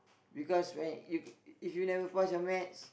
because when you if you never pass your maths